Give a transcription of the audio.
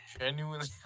genuinely